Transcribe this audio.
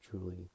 truly